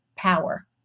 power